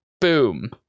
Boom